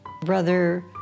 Brother